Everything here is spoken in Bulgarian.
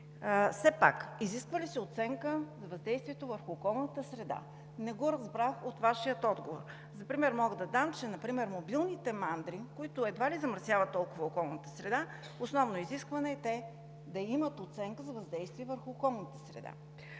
все пак изисква ли се оценка за действието върху околната среда? Не го разбрах от Вашия отговор. За пример мога да дам, че за мобилните мандри, които едва ли замърсяват толкова околната среда, основно изискване е те да имат оценка за въздействие върху околната среда.